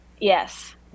Yes